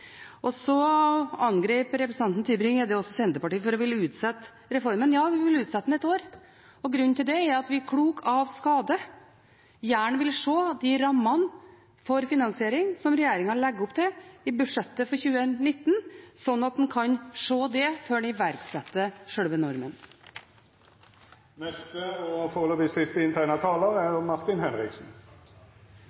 Så angrep representanten Tybring-Gjedde Senterpartiet for å ville utsette reformen. Ja, vi ville utsette den ett år. Grunnen til det er at vi – klok av skade – gjerne ville se rammene for finansiering som regjeringen legger opp til i budsjettet for 2019, før en iverksetter selve normen. Når man går opp og holder siste